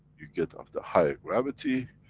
you get of the higher gravity,